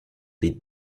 des